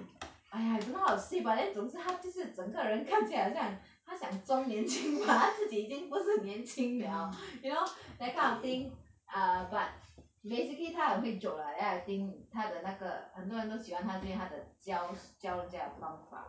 !aiya! I don't know how to say but then 总之他就是整个人看起来好像他想装年轻 but 他自己已经不是年轻 liao you know that kind of thing err but basically 他很会 joke lah then I think 他的那个很多人都很喜欢他因为他的教教料方法